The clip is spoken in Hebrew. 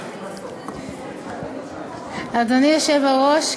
אדוני היושב-ראש,